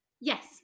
Yes